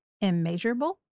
immeasurable